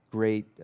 Great